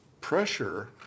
pressure